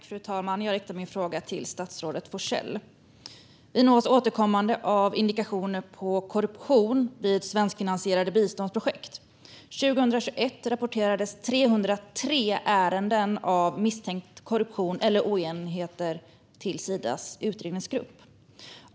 Fru talman! Jag riktar min fråga till statsrådet Forssell. Vi nås återkommande av indikationer på korruption vid svenskfinansierade biståndsprojekt. År 2021 rapporterades 303 ärenden av misstänkt korruption eller oegentligheter till Sidas utredningsgrupp.